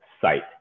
site